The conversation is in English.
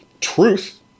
truth